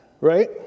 Right